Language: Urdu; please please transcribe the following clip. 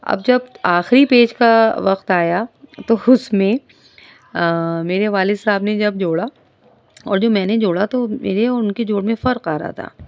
اب جب آخری پیج کا وقت آیا تو اس میں میرے والد صاحب نے جب جوڑا اور جو میں نے جوڑا تو میرے اور ان کے جوڑ میں فرق آ رہا تھا